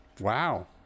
Wow